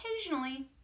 occasionally